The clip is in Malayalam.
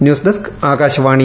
news desk Akashvani